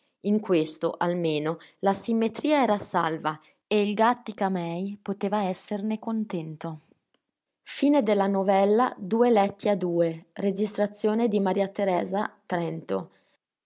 in questo almeno la simmetria era salva e il gàttica-mei poteva esserne contento e a no